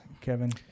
Kevin